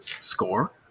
score